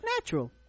natural